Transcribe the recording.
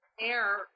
air